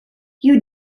you